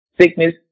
sickness